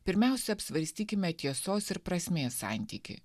pirmiausia apsvarstykime tiesos ir prasmės santykį